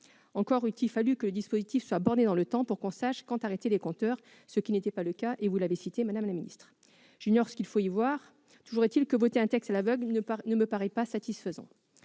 Encore fallait-il que le dispositif soit borné dans le temps, pour qu'on sache quand arrêter les compteurs, ce qui n'était pas le cas- vous l'avez dit, madame la ministre. J'ignore ce qu'il faut y voir ; toujours est-il que voter un texte à l'aveugle ne me paraît pas satisfaisant.